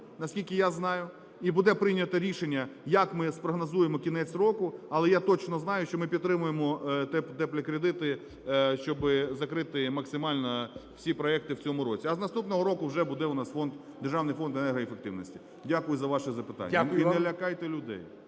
наскільки я знаю, і буде прийнято рішення, як ми спрогнозуємо кінець року. Але я точно знаю, що ми підтримуємо "теплі кредити", щоби закрити максимально всі проекти в цьому році. А з наступного року вже буде в нас фонд, державний фонд енергоефективності. Дякую за ваше запитання, і не лякайте людей.